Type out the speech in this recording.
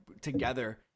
together